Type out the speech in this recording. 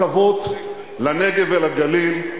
ולכן אנחנו פורסים כבישים מהירים ורכבות לנגב ולגליל.